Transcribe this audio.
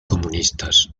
comunistas